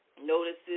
notices